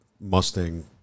Mustang